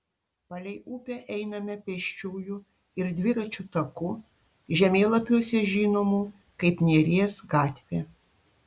palei upę einame pėsčiųjų ir dviračių taku žemėlapiuose žinomų kaip neries gatvė